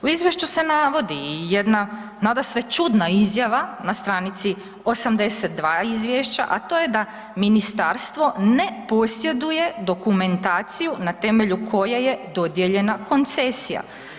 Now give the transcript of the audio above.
U izvješću se navodi i jedna nadasve čudna izjava na str. 82 izvješća a to je da ministarstvo ne posjeduje dokumentaciju na temelju koje je dodijeljena koncesija.